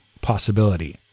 possibility